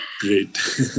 Great